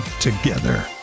together